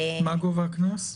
מה גובה הקנס?